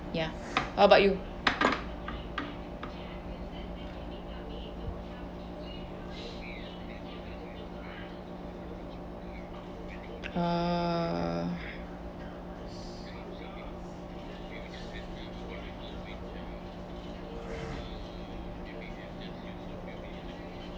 ya how about you uh